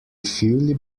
fully